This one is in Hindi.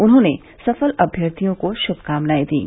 उन्होंने सफल अभ्यर्थियों को शुभकामनाएं दीं